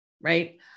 Right